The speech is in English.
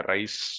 Rice